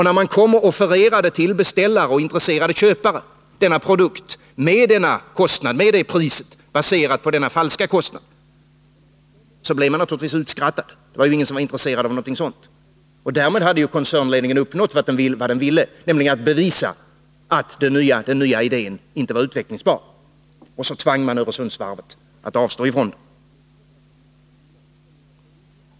När man sedan till beställare och intresserade köpare offererade denna produkt till det pris som var baserat på denna falska kostnad blev man naturligtvis utskrattad. Ingen var intresserad av något sådant. Därmed hade ju koncernledningen uppnått vad den ville, nämligen att bevisa att den nya idén inte var utvecklingsbar. Så tvang man Öresundsvarvet att avstå från den.